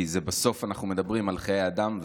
כי בסוף אנחנו מדברים על חיי אדם,